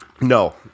No